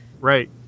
Right